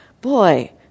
boy